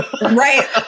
right